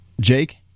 Jake